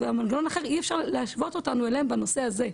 והמנגנון אחר ולכן אי אפשר להשוות אותנו אליהם בנושא הזה.